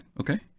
okay